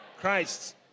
Christ